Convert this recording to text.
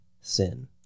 sin